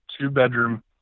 two-bedroom